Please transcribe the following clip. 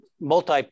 multi